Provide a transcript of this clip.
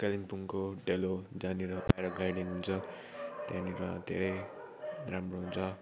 कालिम्पोङको डेलो जहाँनिर प्याराग्लाइडिङ् हुन्छ त्यहाँनिर धेरै राम्रो हुन्छ